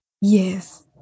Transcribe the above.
yes